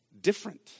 different